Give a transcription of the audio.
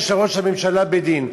יש לראש הממשלה בית-דין.